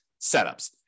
setups